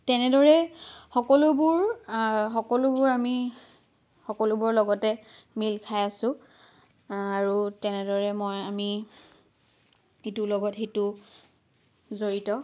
তেনেদৰে সকলোবোৰ সকলোবোৰ আমি সকলোবোৰৰ লগতে মিল খাই আছোঁ আৰু তেনেদৰে মই আমি ইটোৰ লগত সিটো জড়িত